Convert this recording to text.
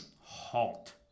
halt